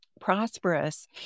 prosperous